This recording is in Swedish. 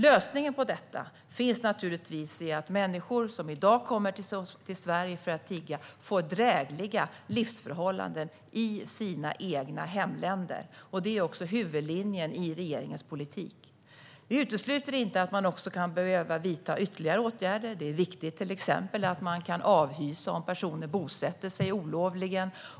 Lösningen på detta finns i att människor som i dag kommer till Sverige för att tigga får drägliga livsförhållanden i sina egna hemländer. Det är huvudlinjen i regeringens politik. Vi utesluter inte att man kan behöva vidta ytterligare åtgärder. Det är till exempel viktigt att man kan avhysa personer som bosätter sig olovligen.